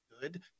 good